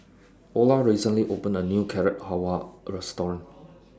Olar recently opened A New Carrot Halwa Restaurant